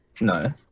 no